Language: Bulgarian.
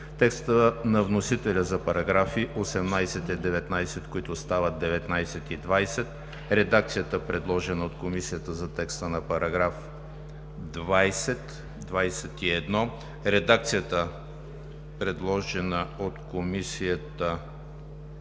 текста на вносителя за параграфи 18 и 19, които стават 19 и 20; редакцията, предложена от Комисията за текста за параграфи 20 и 21; редакцията, предложена от Комисията